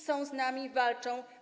Są z nami, walczą.